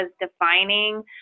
defining